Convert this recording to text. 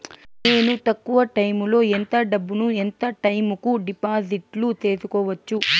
నేను తక్కువ టైములో ఎంత డబ్బును ఎంత టైము కు డిపాజిట్లు సేసుకోవచ్చు?